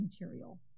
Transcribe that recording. material